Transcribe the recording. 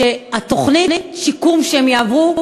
שתוכנית השיקום שהם יעברו